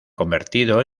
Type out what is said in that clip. convertido